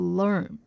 learn